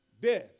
Death